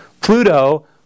Pluto